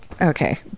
okay